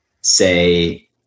say